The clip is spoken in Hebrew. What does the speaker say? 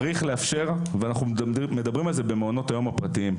צריך לאפשר ואנחנו מדברים על זה במעונות היום הפרטיים,